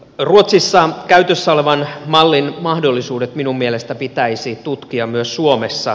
ruotsissa käytössä olevan mallin mahdollisuudet minun mielestäni pitäisi tutkia myös suomessa